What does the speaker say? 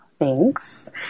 Thanks